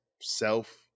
self